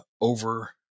over